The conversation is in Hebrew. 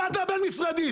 ועדה בין משרדית,